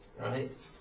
Right